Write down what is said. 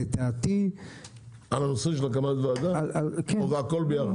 לדעתי -- על הנושא של הקמת ועדה או הכל ביחד?